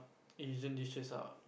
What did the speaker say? aisan dishes ah